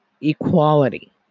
Equality